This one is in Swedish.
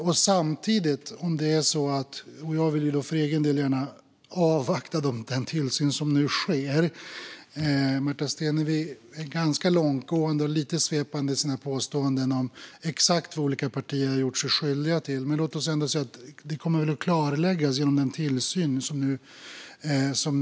För egen del vill jag gärna avvakta den tillsyn som nu sker. Märta Stenevi går ganska långt med och är lite svepande i sina påståenden om exakt vad olika partier har gjort sig skyldiga till. Låt oss ändå säga att det kommer att klarläggas genom den tillsyn som nu görs.